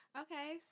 Okay